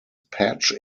patch